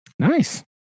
Nice